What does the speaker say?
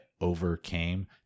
overcame